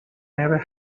never